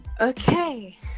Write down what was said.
Okay